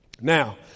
Now